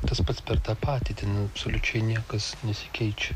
tas pats per tą patį ten absoliučiai niekas nesikeičia